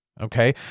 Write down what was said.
okay